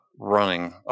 running